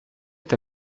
est